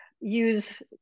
use